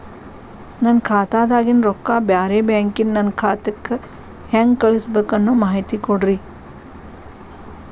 ನನ್ನ ಖಾತಾದಾಗಿನ ರೊಕ್ಕ ಬ್ಯಾರೆ ಬ್ಯಾಂಕಿನ ನನ್ನ ಖಾತೆಕ್ಕ ಹೆಂಗ್ ಕಳಸಬೇಕು ಅನ್ನೋ ಮಾಹಿತಿ ಕೊಡ್ರಿ?